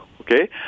okay